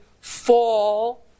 fall